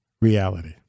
reality